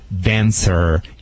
dancer